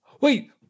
Wait